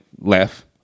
left